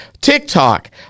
TikTok